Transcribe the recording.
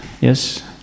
yes